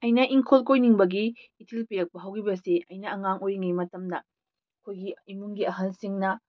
ꯑꯩꯅ ꯏꯪꯈꯣꯜ ꯀꯣꯏꯅꯤꯡꯕꯒꯤ ꯏꯊꯤꯜ ꯄꯤꯔꯛꯄ ꯍꯧꯈꯤꯕꯁꯤ ꯑꯩꯅ ꯑꯉꯥꯡ ꯑꯣꯏꯔꯤꯉꯩ ꯃꯇꯝꯗ ꯑꯩꯈꯣꯏꯒꯤ ꯏꯃꯨꯡꯒꯤ ꯑꯍꯜꯁꯤꯡꯅ